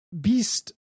beast